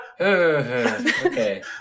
okay